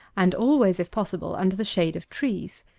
and always, if possible, under the shade of trees,